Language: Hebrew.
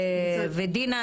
דינה,